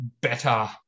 better